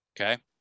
Okay